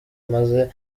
maze